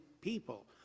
people